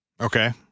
okay